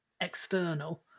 external